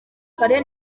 kare